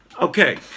Okay